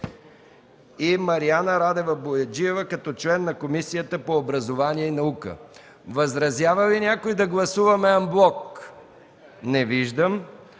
и Мариана Радева Бояджиева като член на Комисията по образование и наука. Възразява ли някой да гласуваме анблок? Не виждам.